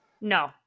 No